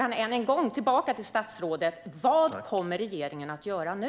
Jag ställer åter samma fråga till statsrådet: Vad kommer regeringen att göra nu?